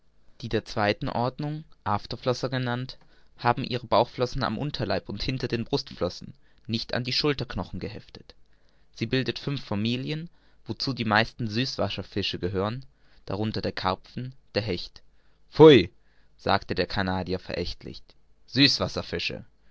die der zweiten ordnung afterflosser genannt haben ihre bauchflossen am unterleib und hinter den brustflossen nicht an die schulterknochen geheftet sie bildet fünf familien wozu die meisten süßwasserfische gehören darunter der karpfen der hecht pfui sagte der canadier verächtlich süßwasserfische